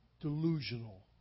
delusional